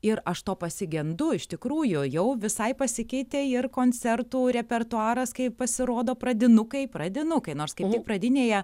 ir aš to pasigendu iš tikrųjų jau visai pasikeitė ir koncertų repertuaras kai pasirodo pradinukai pradinukai nors kaip tik pradinėje